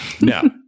No